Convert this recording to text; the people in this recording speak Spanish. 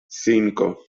cinco